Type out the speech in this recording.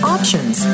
Options